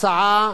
הצעה